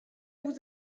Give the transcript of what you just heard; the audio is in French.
vous